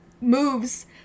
moves